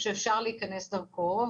שאפשר להיכנס דרכו.